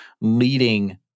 leading